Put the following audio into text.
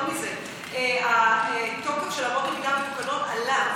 יותר מזה, התוקף של אמות המידה, עלה.